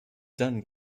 dann